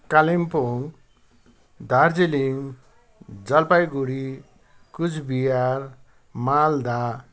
Kalimpong Darjeeling Jalpaiguri Cooch Behar Malda